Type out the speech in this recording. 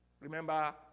remember